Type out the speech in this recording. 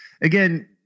again